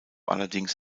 allerdings